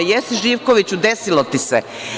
Jesi, Živkoviću, desilo ti se.